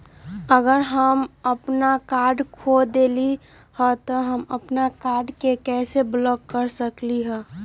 अगर हम अपन कार्ड खो देली ह त हम अपन कार्ड के कैसे ब्लॉक कर सकली ह?